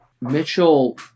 Mitchell